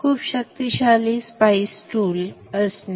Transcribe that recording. खूप शक्तिशाली स्पायइस टूल असणे